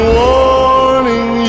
warning